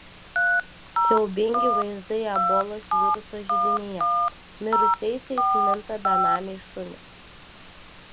siaubingi vaizdai ebolos viruso židinyje mirusiaisiais minta benamiai šunys